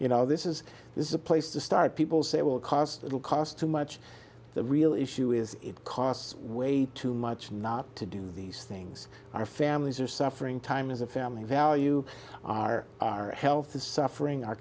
you know this is this is a place to start people say well cost will cost too much the real issue is it costs way too much not to do these things our families are suffering time is a family value our health is suffering our